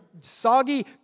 soggy